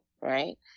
right